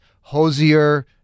Hosier